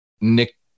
Nick